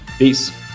Peace